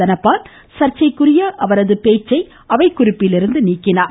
தனபால் சர்ச்சைக்குரிய அவரது பேச்சை அவைக் குறிப்பிலிருந்து நீக்கினார்